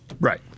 Right